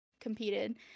competed